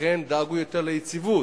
לכן, דאגו יותר ליציבות.